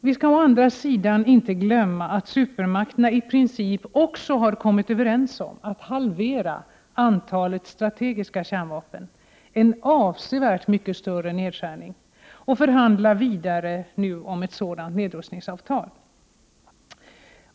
Vi skall å andra sidan inte glömma att supermakterna i princip också kommit överens om att halvera antalet strategiska kärnvapen, en avsevärt mycket större nedskärning, och förhandlar vidare om ett sådant nedrustningsavtal.